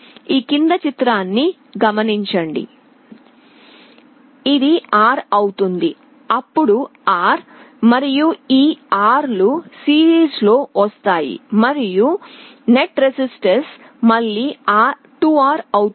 ఇది R అవుతుంది అప్పుడు R మరియు ఈ R లు సిరీస్లో వస్తాయి మరియు నికర నిరోధకత మళ్ళీ 2R అవుతుంది